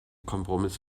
kompromiss